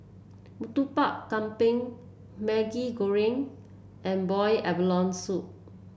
Murtabak Kambing Maggi Goreng and Boiled Abalone Soup